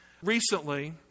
Recently